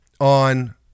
on